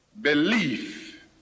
belief